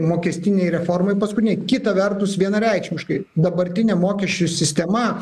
mokestinei reformai paskutinei kita vertus vienareikšmiškai dabartinė mokesčių sistema